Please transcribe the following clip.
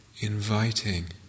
inviting